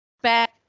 back